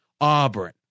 Auburn